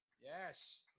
Yes